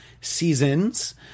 seasons